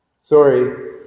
Sorry